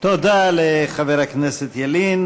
תודה לחבר הכנסת ילין.